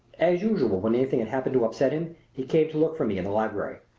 as usual when anything had happened to upset him he came to look for me in the library.